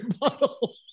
bottle